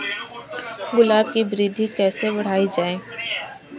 गुलाब की वृद्धि कैसे बढ़ाई जाए?